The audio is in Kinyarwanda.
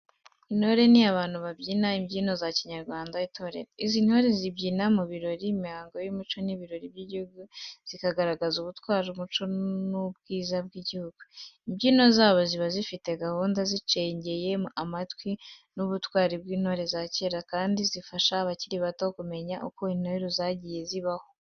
Intore ni abantu babyina imbyino za kinyarwanda itorero. Izi ntore zibyina mu birori, imihango y’umuco n’ibirori by’igihugu, zikagaragaza ubutwari, umuco n’ubwiza bw’igihugu. Imbyino zabo ziba zifite gahunda, zicengeye amateka n’ubutwari bw’intore za kera, kandi zifasha abakiri bato kumenya uko intore zagiye zibaho.